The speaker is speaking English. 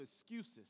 excuses